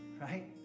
Right